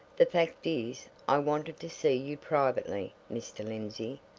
the fact is, i wanted to see you privately, mr. lindsey,